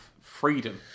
freedom